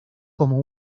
como